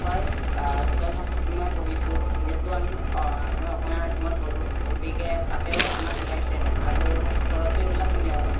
হয় জতুৱা ঠাঁচ মই পঢ়িছোঁ যিহেতু আমি মই অসমীয়া মাধ্যমত পঢ়ো গতিকে তাতেও আমাক শিকাইছে আৰু ঘৰতো এইবিলাক শুনে